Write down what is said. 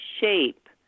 shape